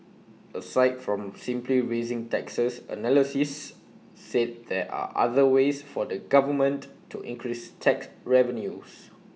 aside from simply raising taxes analysis said there are other ways for the government to increase tax revenues